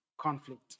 conflict